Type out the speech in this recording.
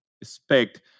expect